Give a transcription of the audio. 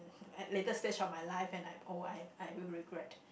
latest stage of my life and I'm old I I will regret